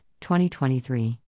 2023